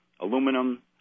aluminum